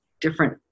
different